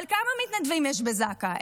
אבל כמה מתנדבים יש בזק"א?